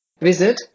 Visit